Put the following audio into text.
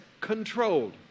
controlled